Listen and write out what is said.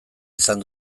izan